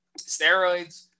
steroids